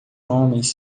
homens